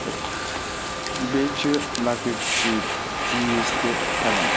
تہٕ بیٚیہِ چھِ لَکٕٹۍ شُرۍ چیٖز تہِ ہیٚوان